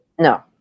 No